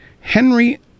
Henry